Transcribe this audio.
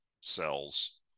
cells